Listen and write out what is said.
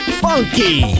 funky